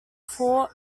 fort